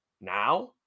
now